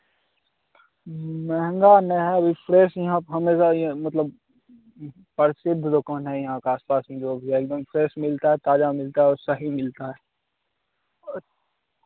महँगा नहीं है अभी फ्रेश यहाँ आप हमेशा आईए मतलब परसिद्ध दुलोकोन है यहाँ का आस पास जो भी है एक दम फ्रेश मिलता है ताज़ा मिलता है और सही मिलता है